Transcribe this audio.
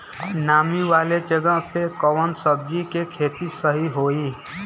नामी वाले जगह पे कवन सब्जी के खेती सही होई?